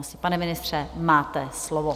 Pane ministře, máte slovo.